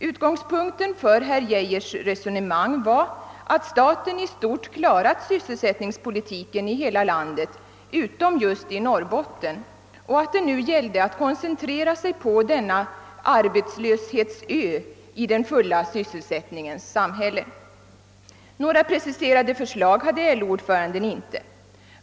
Utgångspunkten för herr Geijers resonemang var att staten i stort klarat sysselsättningspolitiken i hela landet — utom just i Norrbotten — och att det nu gällde att koncentrera sig på denna arbetslöshetsö i den fulla sysselsättningens samhälle. Några preciserade förslag hade LO-ordföranden inte.